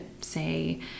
say